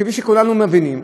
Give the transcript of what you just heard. כפי שכולנו מבינים,